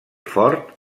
fort